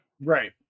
right